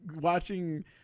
watching